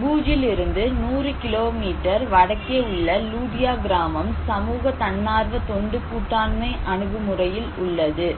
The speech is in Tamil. பூஜிலிருந்து 100 கிலோமீட்டர் வடக்கே உள்ள லூடியா கிராமம் சமூக தன்னார்வ தொண்டு கூட்டாண்மை அணுகுமுறையில் உள்ளது